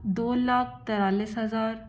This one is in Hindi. दो लाख तेरालिस हज़ार